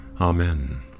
Amen